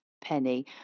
penny